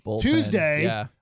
Tuesday